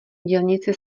dělníci